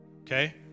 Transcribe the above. Okay